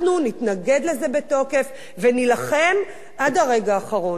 אנחנו נתנגד לזה בתוקף ונילחם עד הרגע האחרון.